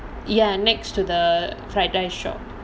ya next to the fried rice shop